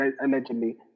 allegedly